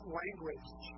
language